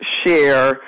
share